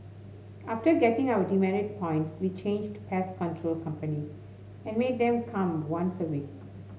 after getting our demerit points we changed pest control companies and made them come once a week